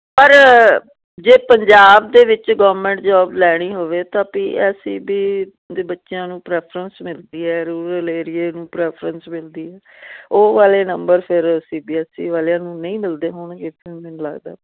ਪਰ ਜੇ ਪੰਜਾਬ ਦੇ ਵਿੱਚ ਗੌਰਮੈਂਟ ਜੋਬ ਲੈਣੀ ਹੋਵੇ ਤਾਂ ਪੀ ਐਸ ਈ ਬੀ ਦੇ ਬੱਚਿਆਂ ਨੂੰ ਪ੍ਰੈਫਰੈਂਸ ਮਿਲਦੀ ਹੈ ਰੂਰਲ ਏਰੀਏ ਨੂੰ ਪ੍ਰੈਫਰੈਂਸ ਮਿਲਦੀ ਹੈ ਉਹ ਵਾਲੇ ਨੰਬਰ ਫਿਰ ਸੀ ਬੀ ਐਸ ਈ ਵਾਲਿਆਂ ਨੂੰ ਨਹੀਂ ਮਿਲਦੇ ਹੋਣਗੇ ਫਿਰ ਮੈਨੂੰ ਲੱਗਦਾ